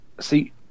see